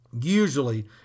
Usually